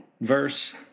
verse